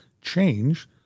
change